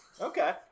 Okay